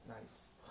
Nice